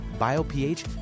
BioPH